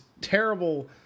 terrible